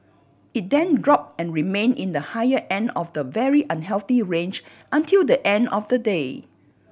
it then dropped and remained in the higher end of the very unhealthy range until the end of the day